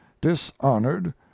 dishonored